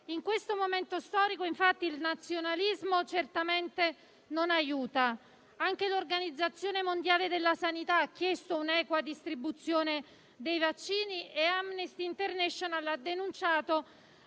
In questo momento storico, infatti, il nazionalismo certamente non aiuta. Anche l'Organizzazione mondiale della sanità ha chiesto un'equa distribuzione dei vaccini e Amnesty international ha denunciato